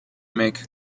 make